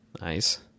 Nice